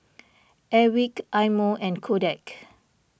Airwick Eye Mo and Kodak